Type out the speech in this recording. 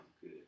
good